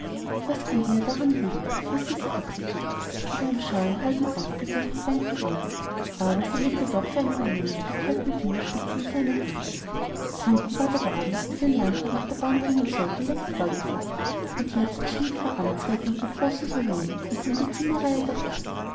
was kann dir daran liegen fragte sie achselzuckend mit einem scheuen halben aufblick ihrer verweinten augen aber sie legte doch für einen moment ihre kalten fingerspitzen in seine hand drunten war der wagen der den landrat nach der bahn bringen sollte längst vorgefahren und jetzt erschien die frau amtsrätin im großen salon und kam die zimmerreihe daher